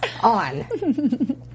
on